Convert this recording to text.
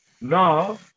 Now